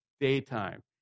daytime